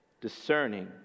discerning